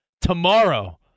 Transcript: Tomorrow